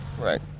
Right